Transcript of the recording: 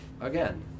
again